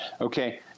Okay